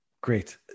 Great